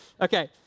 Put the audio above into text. okay